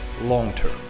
long-term